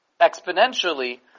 exponentially